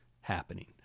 happening